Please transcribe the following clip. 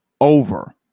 over